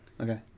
Okay